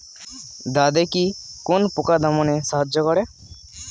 দাদেকি কোন পোকা দমনে সাহায্য করে?